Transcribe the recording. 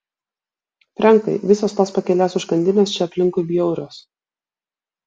frenkai visos tos pakelės užkandinės čia aplinkui bjaurios